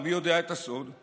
ומי יודע את הסוד?